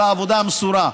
על העבודה המסורה.